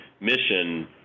mission